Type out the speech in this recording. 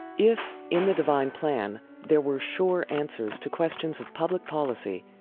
if in the divine plan there were sure answers to questions of public policy,